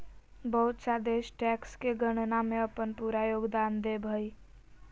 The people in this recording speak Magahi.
बहुत सा देश टैक्स के गणना में अपन पूरा योगदान देब हइ